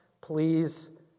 please